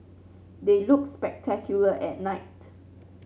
they look spectacular at night